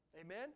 Amen